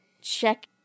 Check